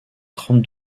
trente